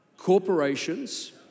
Corporations